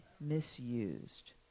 misused